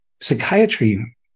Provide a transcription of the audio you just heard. psychiatry